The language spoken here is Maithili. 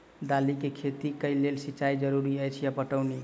दालि केँ खेती केँ लेल सिंचाई जरूरी अछि पटौनी?